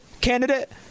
candidate